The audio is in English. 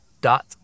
dot